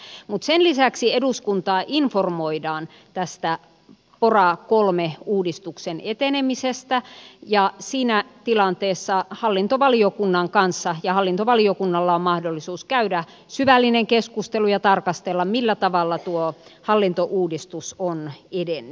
mutta sen lisäksi eduskuntaa informoidaan tästä pora iii uudistuksen etenemisestä ja siinä tilanteessa hallintovaliokunnan kanssa ja hallintovaliokunnalla on mahdollisuus käydä syvällinen keskustelu ja tarkastella millä tavalla tuo hallintouudistus on edennyt